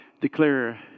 declare